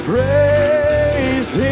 Praise